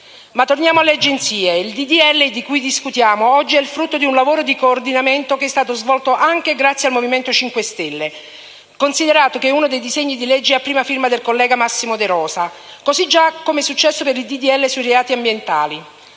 Ma torniamo alle Agenzie. Il disegno di legge di cui discutiamo oggi è il frutto di un lavoro di coordinamento che è stato svolto anche grazie al Movimento 5 Stelle, considerato che uno dei disegni di legge è a prima firma del collega Massimo De Rosa, così come già successo per il disegno di legge sui reati ambientali.